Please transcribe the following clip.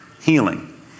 healing